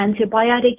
antibiotic